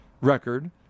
record